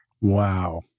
Wow